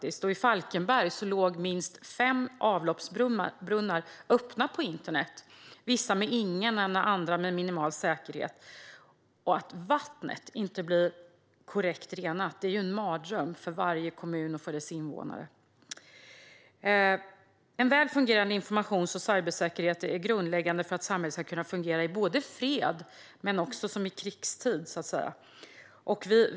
I Falkenberg låg minst fem avloppsbrunnar öppna på internet, vissa med ingen säkerhet och andra med minimal säkerhet. Att vattnet inte blir korrekt renat är en mardröm för varje kommun och dess invånare. En väl fungerande informations och cybersäkerhet är grundläggande för att samhället ska kunna fungera i både freds och krigstid.